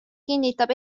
kinnitab